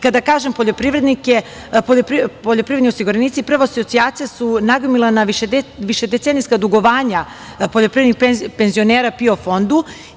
Kada kažem poljoprivredni osiguranici, prva asocijacija su nagomilana višedecenijska dugovanja poljoprivrednih penzionera PIO fondu.